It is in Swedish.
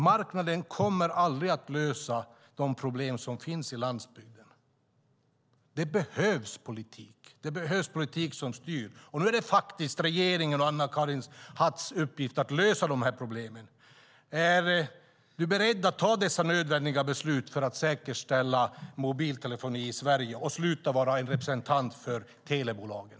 Marknaden kommer aldrig att lösa de problem som finns på landsbygden. Det behövs politik som styr. Nu är det regeringens och Anna-Karin Hatts uppgift att lösa problemen. Är du beredd att fatta dessa nödvändiga beslut för att säkerställa mobiltelefoni i Sverige och sluta att vara en representant för telebolagen?